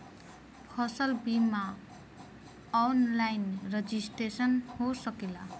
फसल बिमा online registration हो सकेला?